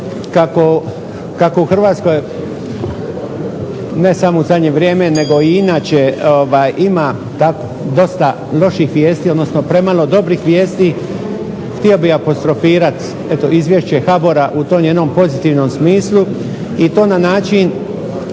kako u Hrvatskoj ne samo u zadnje vrijeme nego i inače ima dosta loših vijesti, odnosno premalo dobrih vijesti htio bih apostrofirati eto izvješće HBOR-a u tom jednom pozitivnom smislu i to na način